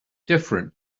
different